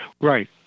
Right